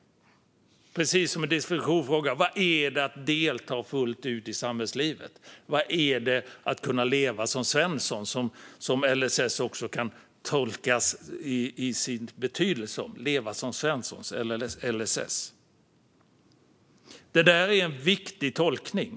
Detta är också definitionsfrågor: Vad är det att delta fullt ut i samhällslivet? Vad är det att kunna leva som Svensson? Så kan man också tolka LSS: leva som Svensson. Det är en viktig tolkning.